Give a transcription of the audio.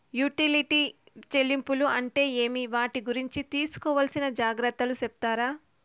Utility చెల్లింపులు అంటే ఏమి? వాటి గురించి తీసుకోవాల్సిన జాగ్రత్తలు సెప్తారా?